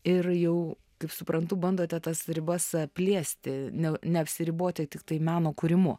ir jau kaip suprantu bandote tas ribas plėsti ne neapsiriboti tiktai meno kūrimu